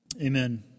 amen